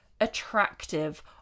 attractive